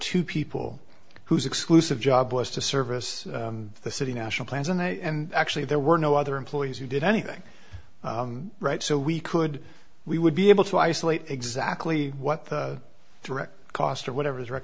two people whose exclusive job was to service the city national plans and i actually there were no other employees who did anything right so we could we would be able to isolate exactly what the direct cost of whatever was wrecked